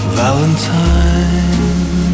valentine